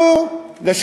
והוא, ראש העיר לשעבר.